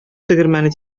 тегермәне